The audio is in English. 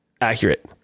accurate